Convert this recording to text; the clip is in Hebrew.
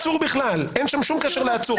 אין שום קשר לעצור.